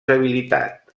habilitat